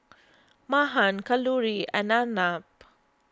Mahan Kalluri and Arnab